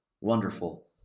Wonderful